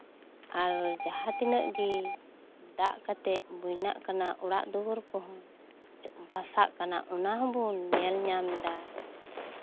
ᱟᱨ ᱡᱟᱦᱟᱸ ᱛᱤᱱᱟᱹᱜ ᱜᱮ ᱫᱟᱜ ᱠᱟᱛᱮᱫ ᱵᱚᱱᱱᱟᱜ ᱠᱟᱱᱟ ᱚᱲᱟᱜ ᱫᱩᱣᱟᱹᱨ ᱠᱚᱦᱚᱸ ᱵᱷᱟᱥᱟᱜ ᱠᱟᱱᱟ ᱚᱱᱟ ᱦᱚᱸᱵᱚᱱ ᱧᱮᱞ ᱧᱟᱢᱫᱟ